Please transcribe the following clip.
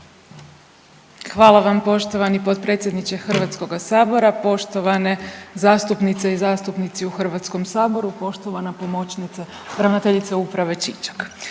Hvala vam poštovani potpredsjedniče HS-a. Poštovane zastupnice i zastupnici u HS-u, poštovana pomoćnice ravnateljice uprave Čičak.